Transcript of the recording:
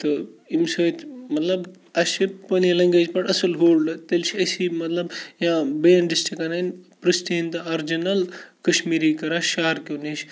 تہٕ ییٚمہِ سۭتۍ مطلب اَسہِ چھِ پَنٕنۍ لنٛگویج پٮ۪ٹھ اَصٕل ہولڈ تیٚلہِ چھِ أسی مطلب یا بیٚیَن ڈِسٹِرٛکَن ہٕنٛدۍ پِرٛسٹیٖن تہٕ آرجِنَل کَشمیٖری کَران شَہَرکیو نِش